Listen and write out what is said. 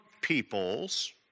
people's